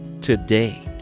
today